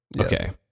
Okay